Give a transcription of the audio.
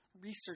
research